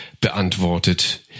beantwortet